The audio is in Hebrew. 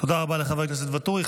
תודה רבה לחבר הכנסת ואטורי.